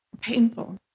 painful